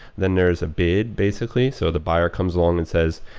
then there is a bid basically, so the buyer comes along and says,